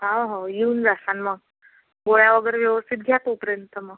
हा हो येऊन जा आणि मग गोळ्या वगैरे व्यवस्थित घ्या तोपर्यंत मग